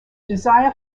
desire